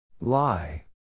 Lie